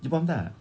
you faham tak